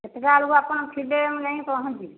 କେତେଟା ବେଳକୁ ଆପଣ ଥିବେ ମୁଁ ଯାଇକି ପହଞ୍ଚିବି